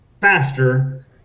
faster